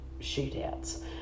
shootouts